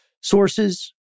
sources